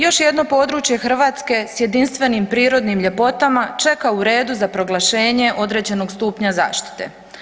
Još jedno područje Hrvatske s jedinstvenim prirodnim ljepotama čeka u redu za proglašenje određenog stupnja zaštite.